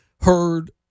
heard